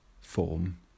form